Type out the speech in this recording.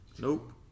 nope